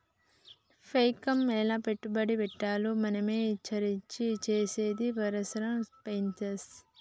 పైకం ఎలా పెట్టుబడి పెట్టాలో మనమే ఇచారించి చేసేదే పర్సనల్ ఫైనాన్స్